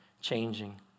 changing